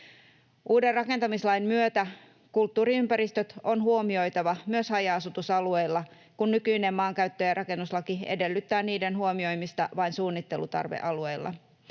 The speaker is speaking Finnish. Uuden rakentamislain myötä kulttuuriympäristöt on huomioitava myös haja-asutusalueilla, kun nykyinen maankäyttö- ja rakennuslaki edellyttää niiden huomioimista vain suunnittelutarvealueilla.